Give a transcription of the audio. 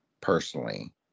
Personally